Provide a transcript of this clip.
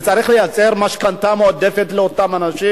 צריך לייצר משכנתה מועדפת לאותם אנשים